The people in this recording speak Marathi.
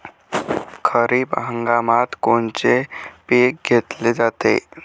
खरिप हंगामात कोनचे पिकं घेतले जाते?